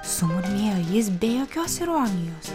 sumurmėjo jis be jokios ironijos